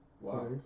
Wow